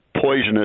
poisonous